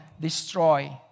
destroy